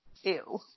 ew